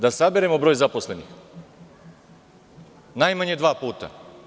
Da saberemo broj zaposlenih, najmanje dva puta.